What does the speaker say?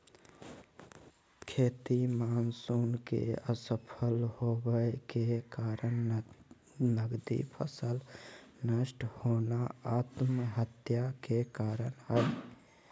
खेती मानसून के असफल होबय के कारण नगदी फसल नष्ट होना आत्महत्या के कारण हई